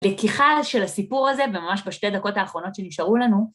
לקיחה של הסיפור הזה, וממש בשתי דקות האחרונות שנשארו לנו.